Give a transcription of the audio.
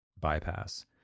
bypass